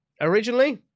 originally